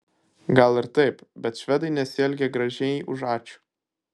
gal ir taip bet švedai nesielgia gražiai už ačiū